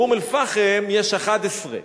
באום-אל-פחם יש 11,